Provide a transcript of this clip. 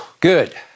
Good